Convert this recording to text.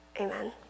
Amen